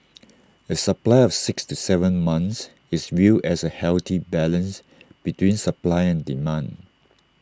A supply of six to Seven months is viewed as A healthy balance between supply and demand